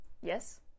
Yes